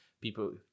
People